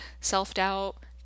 self-doubt